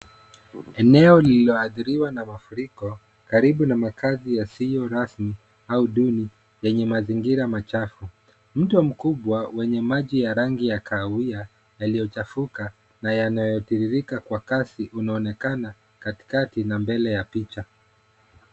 Eneo lililo athiriwa na mafuriko karibu na makazi yasiyo rasmi au duni yenye mazingira machafu. Mto mkubwa wenye maji ya rangi ya kahawia yaliyo chafuka na yanayo tiririka kwa kasi unaonekana katikati na mbele ya picha.